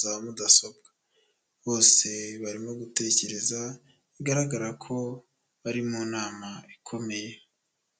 za mudasobwa. Bose barimo gutekereza, bigaragara ko bari mu nama ikomeye.